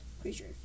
creature